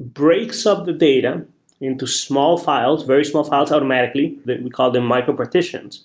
breaks up the data into small files, very small files automatically. automatically. we'd call them micro partitions,